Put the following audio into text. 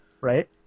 Right